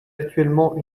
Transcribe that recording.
actuellement